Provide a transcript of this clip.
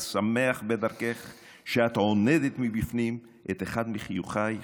שמח בדרכך / שאת עונדת מבפנים / את אחד מחיוכייך.